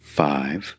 five